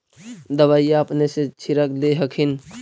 दबइया अपने से छीरक दे हखिन?